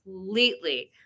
completely